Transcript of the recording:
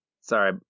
Sorry